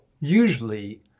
usually